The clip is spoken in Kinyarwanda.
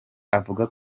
avuga